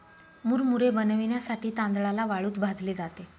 मुरमुरे बनविण्यासाठी तांदळाला वाळूत भाजले जाते